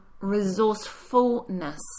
resourcefulness